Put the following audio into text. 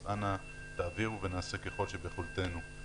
אז אנא תעבירו ונעשה ככל שביכולתנו.